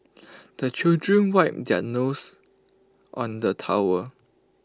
the children wipe their nose on the towel